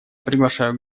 приглашаю